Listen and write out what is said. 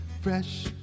Fresh